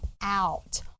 out